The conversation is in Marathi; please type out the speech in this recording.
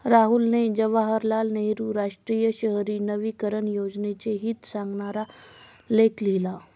राहुलने जवाहरलाल नेहरू राष्ट्रीय शहरी नवीकरण योजनेचे हित सांगणारा लेख लिहिला